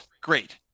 Great